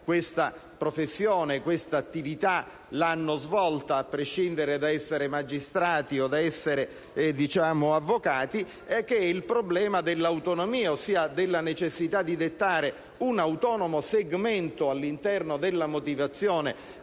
questa professione e questa attività l'hanno svolta, a prescindere dall'essere magistrati o avvocati - che il problema dell'autonomia, ossia della necessità di dettare un autonomo segmento all'interno della motivazione